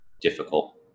difficult